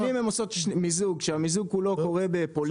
אבל אם הן עושות מיזוג שהמיזוג כולו קורה בפולין,